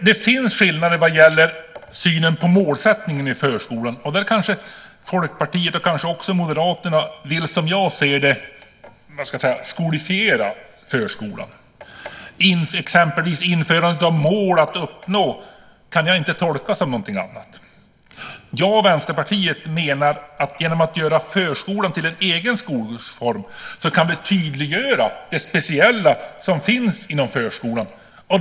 Det finns skillnader vad gäller synen på målsättningen i förskolan. Där vill Folkpartiet, och kanske också Moderaterna, som jag ser det "skolifiera" förskolan. De vill exempelvis införa mål att uppnå, och det kan jag inte tolka som någonting annat. Jag och Vänsterpartiet menar att vi genom att göra förskolan till en egen skolform kan tydliggöra det speciella som finns inom förskolan.